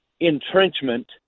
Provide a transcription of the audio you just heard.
entrenchment